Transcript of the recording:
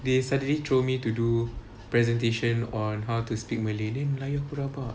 they suddenly throw me to do presentation on how to speak malay then melayu aku rabak